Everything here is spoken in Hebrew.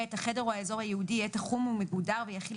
החדר או האזור הייעודי יהיה תחום ומגודר ויכיל